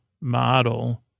model